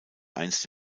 einst